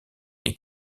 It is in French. les